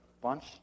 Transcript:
bunch